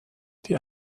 die